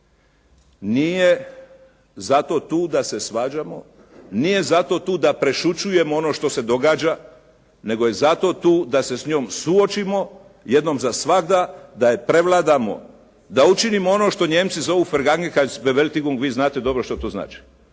nije zato tu da se svađamo, nije zato tu da prešućujemo ono što se događa nego je zato tu da se s njom suočimo jednom za svagda, da je prevladamo, da učinimo ono što Njemci zovu …/Govornik se ne razumije./… vi znate dobro što to znači,